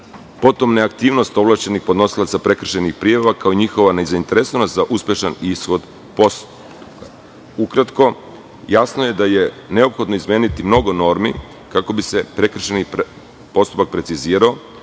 Potom neaktivnost ovlašćenih podnosilaca prekršajnih prijava, kao i njihova nezainteresovanost za uspešan ishod postupka. Ukratko, jasno je da je neophodno izmeniti mnogo normi kako bi se prekršajni postupak precizirao,